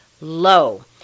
low